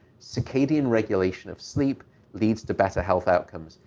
circadian regulation of sleep leads to better health outcomes.